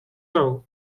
all